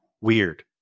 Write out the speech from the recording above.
weird